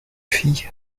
fille